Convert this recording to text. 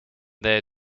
there